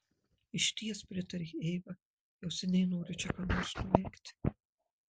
išties pritarė eiva jau seniai noriu čia ką nors nuveikti